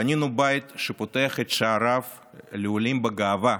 בנינו בית שפותח את שעריו לעולים בגאווה,